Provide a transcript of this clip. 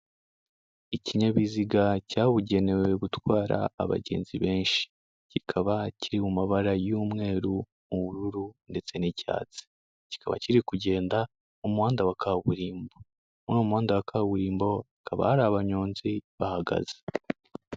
Ikinyabiziga cyabugenewe gutwara abagenzi benshi, kikaba kiri mu mabara y'umweru, ubururu ndetse n'icyatsi, kikaba kiri kugenda mu muhanda wa kaburimbo, muri uwo muhanda wa kaburimbo hakaba hari abanyonzi bahagaze.